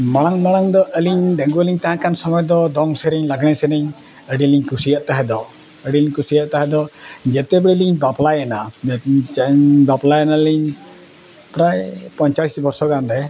ᱢᱟᱲᱟᱝ ᱢᱟᱲᱟᱝ ᱫᱚ ᱟᱹᱞᱤᱧ ᱰᱹᱝᱜᱩᱣᱟᱹ ᱞᱤᱧ ᱛᱟᱦᱮᱸ ᱠᱟᱱ ᱥᱚᱢᱚᱭ ᱫᱚ ᱫᱚᱝ ᱥᱮᱨᱮᱧ ᱞᱟᱜᱽᱬᱮ ᱥᱮᱨᱮᱧ ᱟᱹᱰᱤᱞᱤᱧ ᱠᱩᱥᱤᱭᱟᱜ ᱛᱟᱦᱮᱸ ᱫᱚ ᱟᱹᱰᱤᱞᱤᱧ ᱠᱩᱥᱤᱭᱟᱜ ᱛᱟᱦᱮᱸ ᱫᱚ ᱡᱚᱠᱷᱚᱱ ᱞᱤᱧ ᱵᱟᱯᱞᱟᱭᱮᱱᱟ ᱵᱟᱯᱞᱟᱭᱮᱱᱟᱞᱤᱧ ᱯᱨᱟᱭ ᱯᱚᱧᱪᱟᱥ ᱵᱚᱪᱷᱚᱨ ᱜᱟᱱ ᱨᱮ